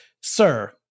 Sir